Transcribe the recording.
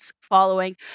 following